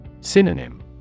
Synonym